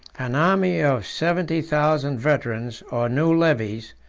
an army of seventy thousand veterans, or new levies,